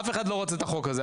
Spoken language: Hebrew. אף אחד לא רוצה את החוק הזה,